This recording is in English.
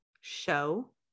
show